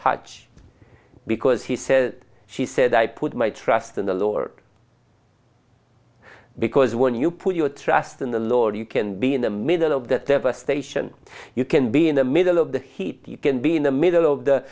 touch because he said she said i put my trust in the lord because when you put your trust in the lord you can be in the middle of the devastation you can be in the middle of the heat you can be in the middle of the